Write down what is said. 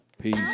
peace